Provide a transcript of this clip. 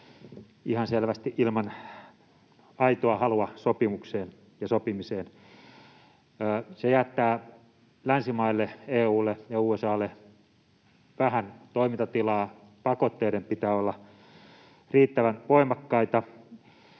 ihan selvästi ilman aitoa halua sopimukseen ja sopimiseen. Se jättää länsimaille, EU:lle ja USA:lle, vähän toimintatilaa. Pakotteiden pitää olla riittävän voimakkaita,